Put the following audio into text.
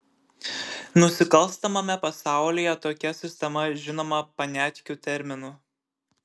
nusikalstamame pasaulyje tokia sistema žinoma paniatkių terminu